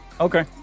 Okay